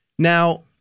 Now